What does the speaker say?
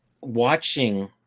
watching